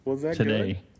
today